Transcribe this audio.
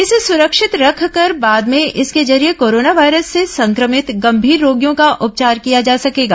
इसे सुरक्षित रखकर बाद में इसके जरिये कोरोना वायरस से संक्रमित गंभीर रोगियों का उपचार किया जा सकेगा